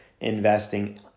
investing